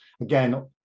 again